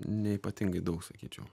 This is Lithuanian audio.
neypatingai daug sakyčiau